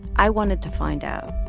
i wanted to find out.